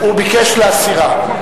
הוא ביקש להסירה.